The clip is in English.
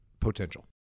potential